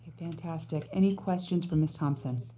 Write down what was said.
fantastic. any questions for ms. thompson?